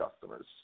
customers